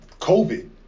COVID